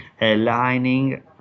aligning